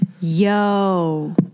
Yo